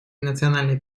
национальной